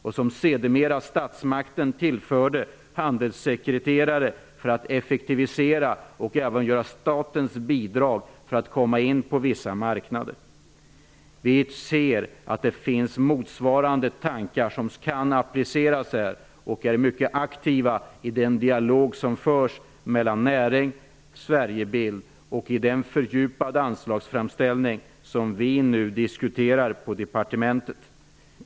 Sedemera tillförde statsmakten handelsekreterare för att effektivisera och även ge statens bidrag för att komma in på vissa marknader. Det finns motsvarande tankar som kan appliceras här. Vi är mycket aktiva i den dialog som förs mellan näringen och Styrelsen för Sverigebilden och i arbetet med den fördjupade anslagsframställning som vi nu diskuterar på departementet.